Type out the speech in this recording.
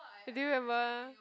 do you remember